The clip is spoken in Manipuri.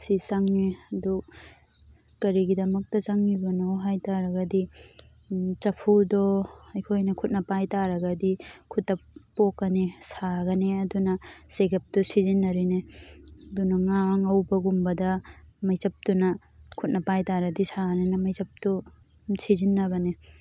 ꯁꯤ ꯆꯪꯉꯦ ꯑꯗꯨ ꯀꯔꯤꯒꯤꯗꯃꯛꯇ ꯆꯪꯉꯤꯕꯅꯣ ꯍꯥꯏꯇꯥꯔꯒꯗꯤ ꯆꯐꯨꯗꯣ ꯑꯩꯈꯣꯏꯅ ꯈꯨꯠꯅ ꯄꯥꯏꯇꯥꯔꯒꯗꯤ ꯈꯨꯠꯇ ꯄꯣꯛꯀꯅꯤ ꯁꯥꯒꯅꯤ ꯑꯗꯨꯅ ꯆꯦꯒꯞꯇꯨ ꯁꯤꯖꯤꯟꯅꯔꯤꯅꯦ ꯑꯗꯨꯅ ꯉꯥ ꯉꯧꯕꯒꯨꯝꯕꯗ ꯃꯩꯆꯞꯇꯨꯅ ꯈꯨꯠꯅ ꯄꯥꯏꯇꯥꯔꯗꯤ ꯁꯥꯅꯤꯅ ꯃꯩꯆꯞꯇꯨ ꯁꯤꯖꯤꯟꯅꯕꯅꯦ